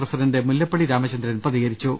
president Mullappally Ramachandran പ്രതി കരിച്ചു